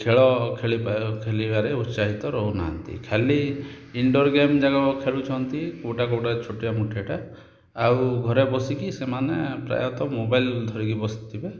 ଖେଳ ଖେଳିବାରେ ଉତ୍ସାହିତ ରହୁନାହାଁନ୍ତି ଖାଲି ଇଣ୍ଡୋର୍ ଗେମ୍ ଯାକ ଖେଳୁଛନ୍ତି କେଉଁଟା କେଉଁଟା ଛୋଟିଆ ମୋଟିଆଟା ଆଉ ଘରେ ବସିକି ସେମାନେ ପ୍ରାୟତଃ ମୋବାଇଲ ଧରିକି ବସିଥିବେ